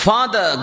Father